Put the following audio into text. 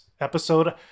episode